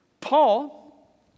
Paul